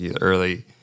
early